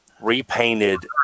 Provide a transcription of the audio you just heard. repainted